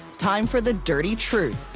time for the dirty truth.